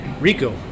rico